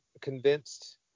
convinced –